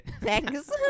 Thanks